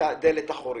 בדלת האחורית.